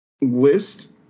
list